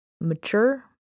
mature